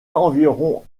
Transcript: environ